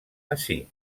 ací